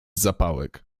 zapałek